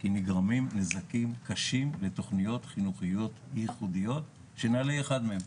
כי נגרמים נזקים קשים לתוכניות חינוכיות ייחודיות שנעל"ה היא אחת מהן.